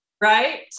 right